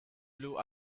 blue